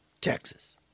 Texas